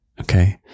Okay